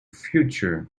future